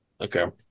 Okay